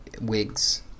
wigs